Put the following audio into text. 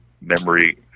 memory